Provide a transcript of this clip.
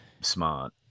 smart